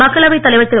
மக்களவைத் தலைவர் திரு